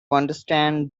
understand